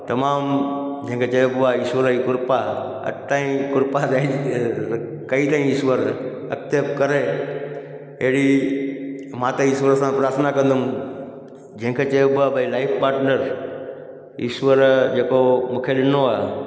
तमामु जंहिंखे चइबो आहे ईश्वर ई कृपा अॼु तई कृपा कई कई ईश्वर अॻिते करे अहिड़ी मां त ईश्वर सां प्रार्थना कंदमि जंहिंखे चइबो आहे भई लाइफ पाटनर ईश्वरु जेको मुखे ॾिनो आहे